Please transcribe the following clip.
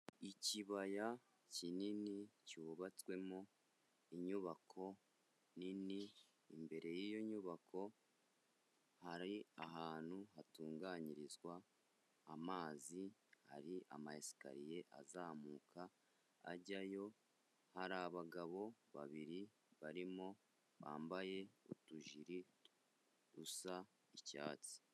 Ikibaya kinini cyubatswemo inyubako nini, imbere y'iyo nyubako hari ahantu hatunganyirizwa amazi, hari amayesikariye azamuka ajyayo, hari abagabo babiri barimo bambaye utujiri dusa icyatsi.